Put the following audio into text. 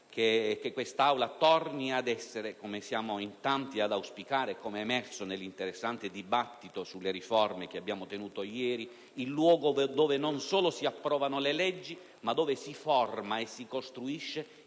che questa Aula torni ad essere, come siamo in tanti ad auspicare, come emerso nell'interessante dibattito sulle riforme che abbiamo svolto ieri, il luogo dove non solo si approvano le leggi ma dove si forma e si costruisce